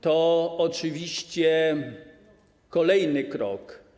To oczywiście kolejny krok.